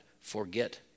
forget